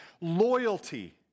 loyalty